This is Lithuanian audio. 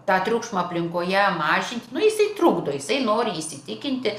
tą triukšmą aplinkoje mažinti nu jisai trukdo jisai nori įsitikinti